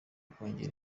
kongera